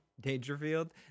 Dangerfield